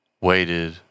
waited